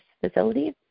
facility